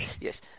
yes